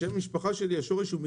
השורש של שם המשפחה שלי הוא מכתיבה,